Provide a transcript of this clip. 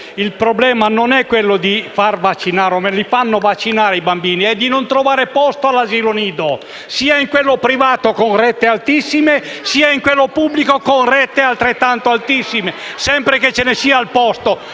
il problema non è quello di fare vaccinare (perché li fanno vaccinare) i bambini, ma è quello di non trovare posto all'asilo nido, sia in quello privato, con rette altissime, sia in quello pubblico, con rette altrettanto altissime (sempre che vi sia posto).